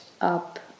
up